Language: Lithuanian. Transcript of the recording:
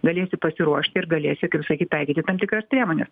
galėsi pasiruošti ir galėsi sakyt taikyti tam tikras priemones